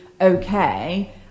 okay